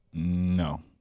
No